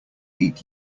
eat